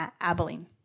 Abilene